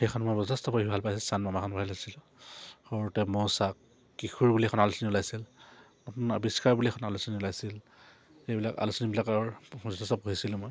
সেইখন মই যথেষ্ট পঢ়ি ভাল পাইছিলোঁ চান বামাখন ভাল পাইছিলোঁ সৰুতে মৌচাক কিশোৰ বুলি এখন আলোচনী ওলাইছিল নতুন আৱিষ্কাৰ বুলি এখন আলোচনী ওলাইছিল এইবিলাক আলোচনীবিলাকৰ যথেষ্ট পঢ়িছিলোঁ মই